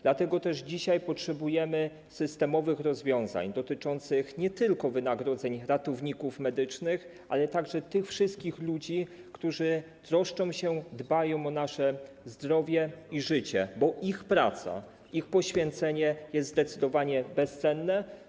Dlatego też dzisiaj potrzebujemy systemowych rozwiązań dotyczących nie tylko wynagrodzeń ratowników medycznych, ale także tych wszystkich ludzi, którzy troszczą się, dbają o nasze zdrowie i życie, bo ich praca, ich poświęcenie są zdecydowanie bezcenne.